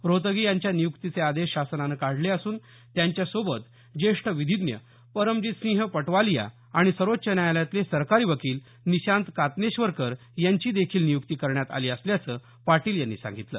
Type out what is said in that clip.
रोहतगी यांच्या नियुक्तीचे आदेश शासनानं काढले असून त्यांच्यासोबत ज्येष्ठ विधिज्ञ परमजीत सिंह पटवालिया आणि सर्वोच्व न्यायालयातले सरकारी वकील निशांत कातनेश्वरकर यांची देखील नियुक्ती करण्यात आली असल्याचं पाटील यांनी सांगितलं